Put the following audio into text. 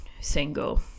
single